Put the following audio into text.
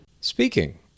Speaking